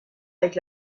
avec